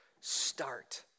start